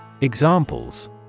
Examples